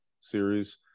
series